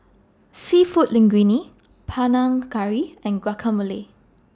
Seafood Linguine Panang Curry and Guacamole